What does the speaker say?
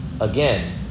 again